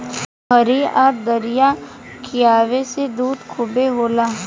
खरी आ दरिया खिआवे से दूध खूबे होला